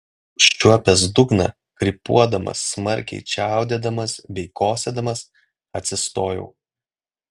užčiuopęs dugną krypuodamas smarkiai čiaudėdamas bei kosėdamas atsistojau